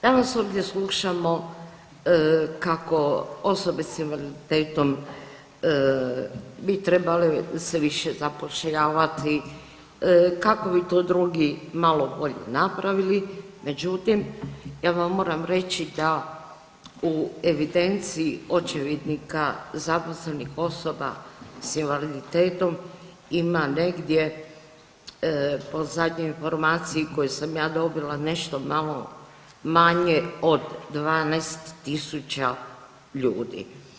Danas ovdje slušamo kako osobe s invaliditetom se trebale više zapošljavati, kako bi to drugi malo bolje napravili međutim ja vam moram reći da u evidenciji očevidnika zaposlenih osoba s invaliditetom ima negdje po zadnjoj informaciji koju sam ja dobila nešto malo manje od 12.000 ljudi.